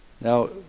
Now